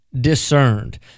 discerned